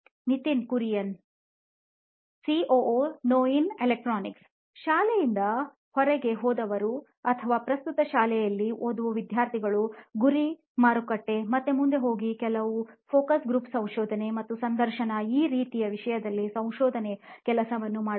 Nitin Kurian COO ನೋಯಿನ್ electronics ಶಾಲೆಯಿಂದ ಹೊರಗೆಹೋಗಿದವರು ಅಥವಾ ಪ್ರಸ್ತುತ ಶಾಲೆಯಲ್ಲಿ ಓದುವವ ವಿದ್ಯಾರ್ಥಿಗಳು ಗುರಿ ಮಾರುಕಟ್ಟೆ ಮತ್ತೆ ಮುಂದೆ ಹೋಗಿ ಕೆಲವು ಫೋಕಸ್ ಗ್ರೂಪ್ ಸಂಶೋಧನೆ ಮತ್ತು ಸಂದರ್ಶನ ಈ ರೀತಿಯ ವಿಷಯದಲ್ಲಿ ಸಂಶೋಧನೆಯ ಕೆಲಸವನ್ನು ಮಾಡುತ್ತಾರೆ